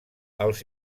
els